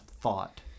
thought